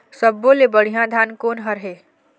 सब्बो ले बढ़िया धान कोन हर हे?